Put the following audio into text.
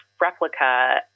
replica